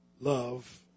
love